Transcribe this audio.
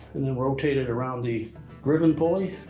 and then rotate it around the driven pulley.